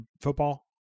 football